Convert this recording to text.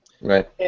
Right